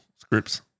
scripts